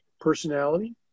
personality